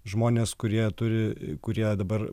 žmonės kurie turi kurie dabar